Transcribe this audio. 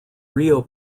rio